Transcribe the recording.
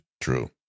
true